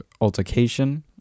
altercation